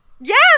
Yes